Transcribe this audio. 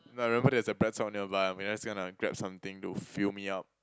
if I remember there's a BreadTalk nearby I'm just gonna grab something to fill me up